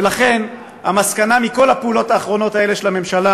לכן, המסקנה מכל הפעולות האחרונות האלה של הממשלה